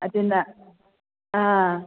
ꯑꯗꯨꯅ ꯑꯥ